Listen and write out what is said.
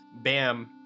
Bam